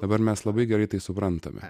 dabar mes labai gerai tai suprantame